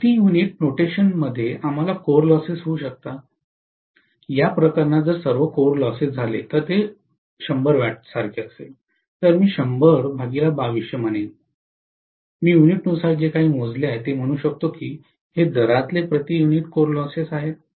प्रति युनिट नोटेशनमध्ये आम्हाला कोर लॉसेस होऊ शकतात या प्रकरणात जर सर्व कोर लॉसेस झाले तर ते 100 W सारखे असेल तर मी म्हणेन मी युनिटनुसार जे काही मोजले ते मी म्हणू शकतो की हे दरातले प्रति युनिट कोर लॉसेस आहेत